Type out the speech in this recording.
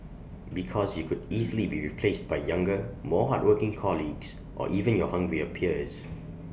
because you could easily be replaced by younger more hardworking colleagues or even your hungrier peers